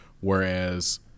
whereas